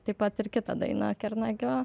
taip pat ir kitą dainą kernagio